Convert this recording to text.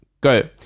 Go